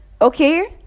Okay